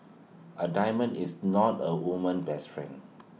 A diamond is not A woman's best friend